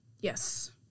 Yes